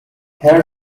her